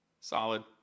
solid